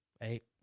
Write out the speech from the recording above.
Eight